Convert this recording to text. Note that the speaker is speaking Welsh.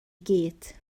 gyd